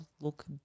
look